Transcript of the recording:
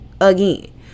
again